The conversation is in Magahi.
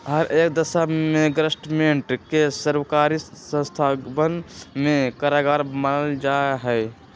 हर एक दशा में ग्रास्मेंट के सर्वकारी संस्थावन में कारगर मानल जाहई